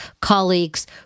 colleagues